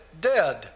dead